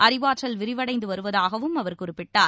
அறிவாற்றல் விரிவடைந்து வருவதாகவும் அவர் குறிப்பிட்டார்